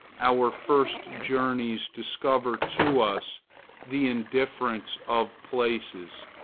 our first journeys discover to us the indifference of places.